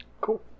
Cool